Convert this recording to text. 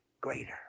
greater